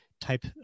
type